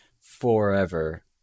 forever